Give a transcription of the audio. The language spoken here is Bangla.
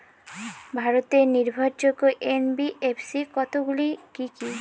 ভারতের নির্ভরযোগ্য এন.বি.এফ.সি কতগুলি কি কি?